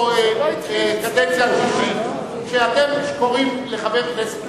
קדנציה שישית: כשאתם קוראים לחבר כנסת,